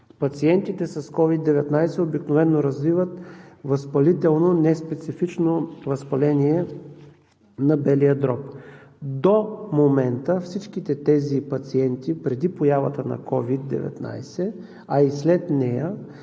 Пациентите с COVID-19 обикновено развиват възпалително неспецифично възпаление на белия дроб. До момента всичките тези пациенти преди появата на COVID-19, а и след нея,